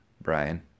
Brian